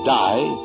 die